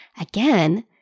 Again